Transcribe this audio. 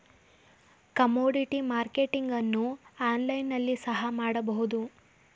commodity marketing ಅನ್ನು online ನಲ್ಲಿ ಸಹ ಮಾಡಬಹುದು